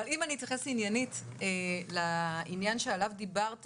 אם אני אתייחס עניינית לעניין שעליו דיברת